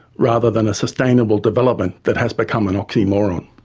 rather than a sustainable development that has become an oxymoron.